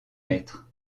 maîtres